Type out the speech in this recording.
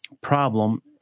problem